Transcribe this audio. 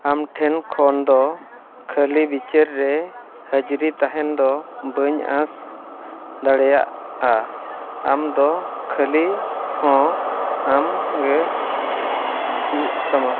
ᱟᱢ ᱴᱷᱮᱱ ᱠᱷᱚᱱ ᱫᱚ ᱠᱷᱟᱹᱞᱤ ᱵᱤᱪᱟᱹᱨ ᱨᱮ ᱦᱟᱹᱡᱽᱨᱤ ᱛᱟᱦᱮᱱ ᱫᱚ ᱵᱟᱹᱧ ᱟᱸᱥ ᱫᱟᱲᱮᱭᱟᱜᱼᱟ ᱟᱢᱫᱚ ᱠᱷᱟᱹᱞᱤ ᱦᱚᱸ ᱟᱢᱜᱮ ᱦᱩᱭᱩᱜ ᱛᱟᱢᱟ